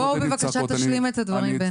בוא בבקשה תשלים את הדברים, בני.